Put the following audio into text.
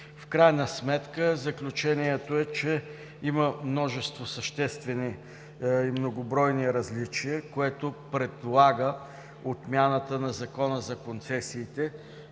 В крайна сметка заключението е, че има множество съществени и многобройни различия, което предполага отмяната на Закона за концесиите